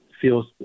feels